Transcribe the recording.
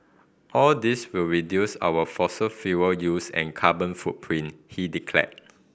all this will reduce our fossil fuel use and carbon footprint he declared